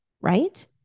right